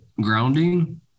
Grounding